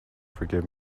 forgive